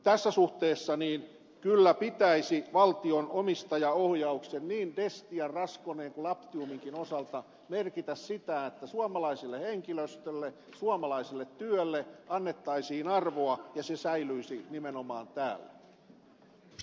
tässä suhteessa kyllä pitäisi valtion omistajaohjauksen niin destian raskoneen kuin labtiuminkin osalta merkitä sitä että suomalaiselle henkilöstölle suomalaiselle työlle annettaisiin arvoa ja se säilyisi nimenomaan täällä